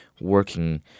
working